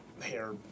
hair